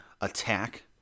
attack